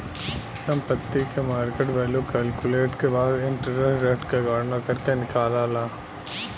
संपत्ति के market value calculate के बाद इंटरेस्ट रेट के गणना करके निकालाला